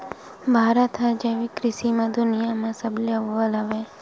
भारत हा जैविक कृषि मा दुनिया मा सबले अव्वल हवे